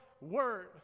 word